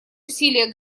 усилия